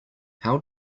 how